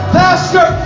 pastor